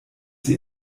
sie